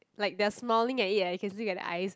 like they're smiling at it eh you can look at the eyes